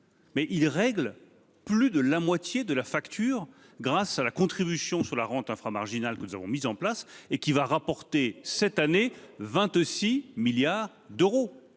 et ils règlent déjà plus de la moitié de la facture grâce à la contribution sur la rente inframarginale que nous avons mise en place et qui va rapporter cette année 26 milliards d'euros.